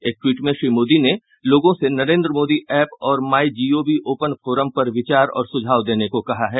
एक ट्वीट में श्री मोदी ने लोगों से नरेन्द्र मोदी ऐप और माई जीओवी ओपन फोरम पर विचार और सुझाव देने को कहा है